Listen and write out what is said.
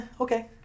okay